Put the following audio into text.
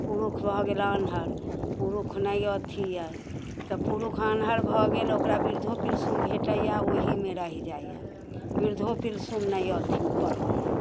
पुरुष भऽ गेल आन्हर पुरुष नहि अथी अइ तऽ पुरुष आन्हर भऽ गेल ओकरा वृद्धो पिलसिम भेटैए ओहिमे रहि जाइए वृद्धो पिलसिम नहि अथी ऊपर होइए